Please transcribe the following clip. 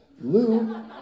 Lou